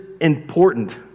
important